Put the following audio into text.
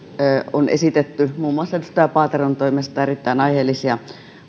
on esitetty muun muassa edustaja paateron toimesta erittäin aiheellisia